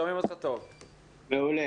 שלום,